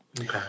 Okay